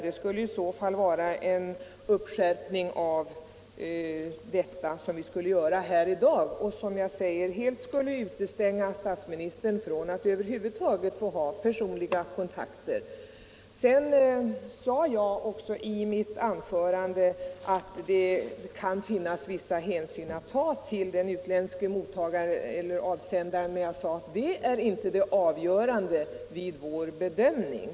Det skulle i så fall vara en skärpning, som vi inför här i dag och som helt skulle utestänga statsministern från att över huvud taget ha personliga kontakter. I mitt anförande betonade jag att det kan finnas vissa hänsyn att ta till den utländske mottagaren eller avsändaren. Men jag framhöll också att detta inte är det helt avgörande vid bedömningen.